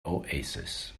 oasis